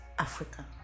Africa